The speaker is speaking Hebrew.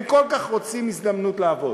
הם כל כך רוצים הזדמנות לעבוד,